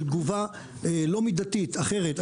של תגובה לא מידתית אחרת,